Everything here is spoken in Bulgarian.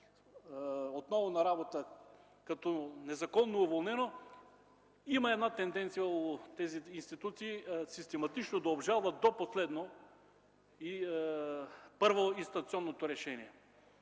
отново на работа като незаконно уволнено, има тенденция систематично да обжалват до последно първоинстанционното решение.